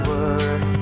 Word